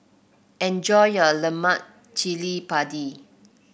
enjoy your Lemak Cili Padi